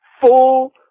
full